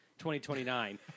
2029